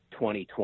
2020